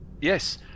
yes